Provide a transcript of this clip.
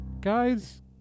guys